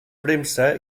premsa